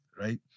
right